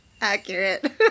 Accurate